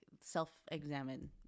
self-examine